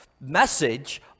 message